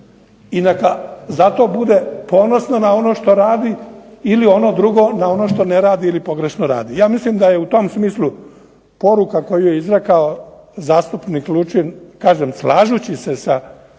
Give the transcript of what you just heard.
I neka zato bude ponosna na ono što radi ili ono drugo na ono što ne radi ili pogrešno radi. Ja mislim da je u tom smislu poruka koju je izrekao zastupnik Lučin, kažem slažući se sa